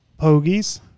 Pogies